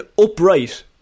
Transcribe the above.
upright